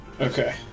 Okay